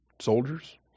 soldiers